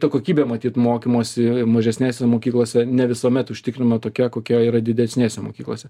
ta kokybė matyt mokymosi mažesnėse mokyklose ne visuomet užtikrinama tokia kokia yra didesnėse mokyklose